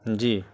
جی